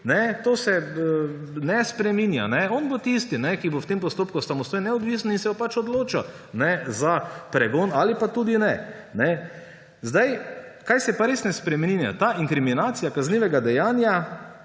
to se ne spreminja. On bo tisti, ki bo v tem postopku samostojen, neodvisen in se bo odločil za pregon ali pa tudi ne. Česa se pa res ne spreminja? Inkriminacije kaznivega dejanja.